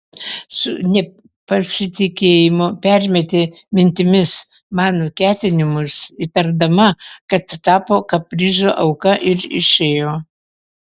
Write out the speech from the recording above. su nepasitikėjimu permetė mintimis mano ketinimus įtardama kad tapo kaprizo auka ir išėjo